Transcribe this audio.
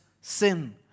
sin